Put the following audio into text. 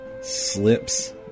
slips